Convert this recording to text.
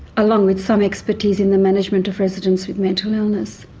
along with some expertise in the management of residents with mental illness.